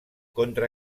contra